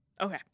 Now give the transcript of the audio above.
Okay